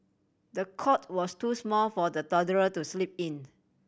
the cot was too small for the toddler to sleep in